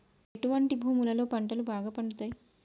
ఎటువంటి భూములలో పంటలు బాగా పండుతయ్?